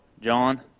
John